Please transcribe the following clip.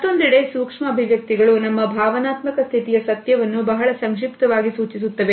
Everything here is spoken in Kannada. ಮತ್ತೊಂದೆಡೆ ಸೂಕ್ಷ್ಮ ಅಭಿವ್ಯಕ್ತಿಗಳು ನಮ್ಮ ಭಾವನಾತ್ಮಕ ಸ್ಥಿತಿಯ ಸತ್ಯವನ್ನು ಬಹಳ ಸಂಕ್ಷಿಪ್ತವಾಗಿ ಸೂಚಿಸುತ್ತವೆ